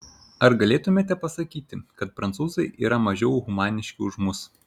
ar galėtumėme pasakyti kad prancūzai yra mažiau humaniški už mus